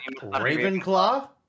Ravenclaw